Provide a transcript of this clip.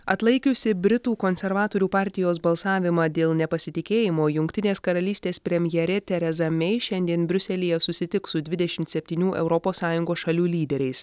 atlaikiusi britų konservatorių partijos balsavimą dėl nepasitikėjimo jungtinės karalystės premjerė tereza mei šiandien briuselyje susitiks su dvidešim septynių europos sąjungos šalių lyderiais